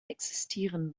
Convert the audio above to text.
existieren